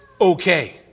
okay